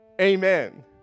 Amen